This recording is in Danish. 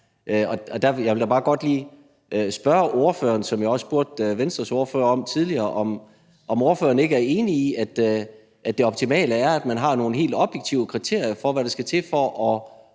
Jeg vil da bare godt lige spørge ordføreren om det, jeg også spurgte Venstres ordfører om tidligere: om ordføreren ikke er enig i, at det optimale er, at der er nogle helt objektive kriterier for, hvad der skal til for at